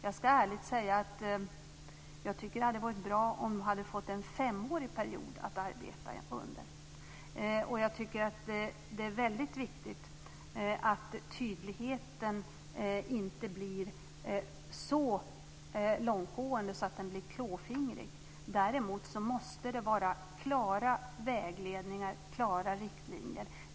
Jag ska ärligt säga att jag tycker att det hade varit bra om de hade fått en femårig period att arbeta under. Jag tycker att det är väldigt viktigt att tydligheten inte blir så långtgående att den blir klåfingrig. Däremot måste det finnas klara vägledningar och klara riktlinjer.